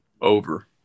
Over